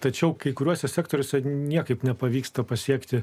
tačiau kai kuriuose sektoriuose niekaip nepavyksta pasiekti